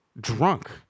drunk